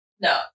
No